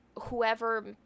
whoever